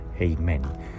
amen